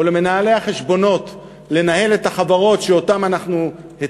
למנהלי החשבונות לנהל את החברות שהקמנו,